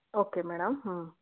okay madam ಹ್ಞೂ